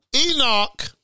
Enoch